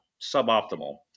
suboptimal